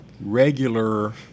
regular